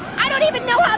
i don't even know